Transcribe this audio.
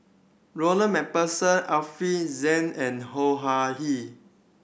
Ronald Macpherson Alfian Sa'at and